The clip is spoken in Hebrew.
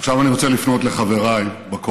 עכשיו אני רוצה לפנות אל חבריי בקואליציה.